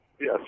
Yes